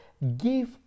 Give